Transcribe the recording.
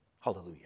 Hallelujah